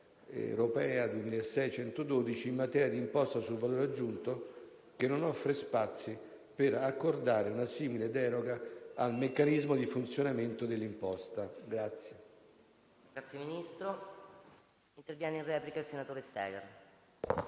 europea 2006/112 in materia di imposta sul valore aggiunto, che non offre spazi per accordare una simile deroga al meccanismo di funzionamento dell'imposta.